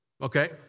Okay